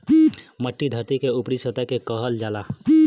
मट्टी धरती के ऊपरी सतह के कहल जाला